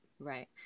Right